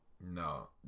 No